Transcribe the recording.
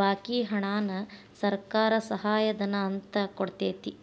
ಬಾಕಿ ಹಣಾನ ಸರ್ಕಾರ ಸಹಾಯಧನ ಅಂತ ಕೊಡ್ತೇತಿ